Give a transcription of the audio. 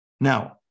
Now